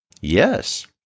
Yes